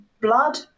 blood